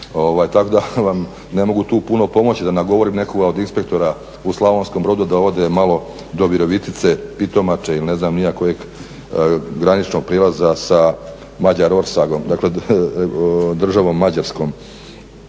tako da vam ne mogu tu puno pomoći da nagovorim nekoga od inspektora u Slavonskom Brodu da ode malo do Virovitice, Pitomače ili ne znam ni ja kojeg graničnog prijelaza sa Mađarorsagom, dakle državom Mađarskom.